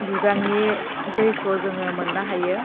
बिबांनि दैखौ जोङो मोननो हायो